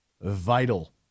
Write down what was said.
vital